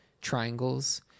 triangles